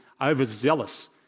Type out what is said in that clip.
overzealous